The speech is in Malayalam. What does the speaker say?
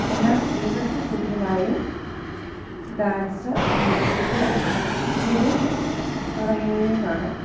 എന്നാൽ സ്ത്രീകൾക്ക് കൂടുതലായും ഡാൻസ് മ്യൂസിക് ഫിലിം തുടങ്ങിയവയുമാണ്